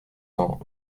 cent